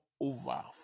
over